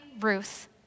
Ruth